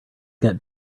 get